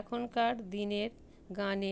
এখনকার দিনের গানে